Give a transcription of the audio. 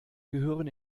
gehören